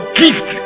gift